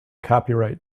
copyright